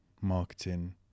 marketing